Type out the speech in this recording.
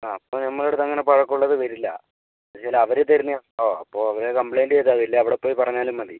ആ അപ്പം നമ്മുടെ അടുത്ത് അങ്ങനെ പഴക്കം ഉള്ളത് വരില്ല ഇത് ചില അവർ തരുന്നതാണ് കേട്ടോ അപ്പോൾ അവർ കംപ്ലൈൻറ്റ് ചെയ്താൽ മതി ഇല്ലേ അവിടെ പോയി പറഞ്ഞാലും മതി